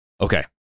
Okay